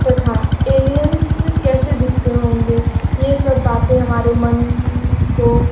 तथा एलियंस कैसे दिखते होंगे ये सब बातें हमारे मन को